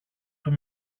του